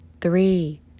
three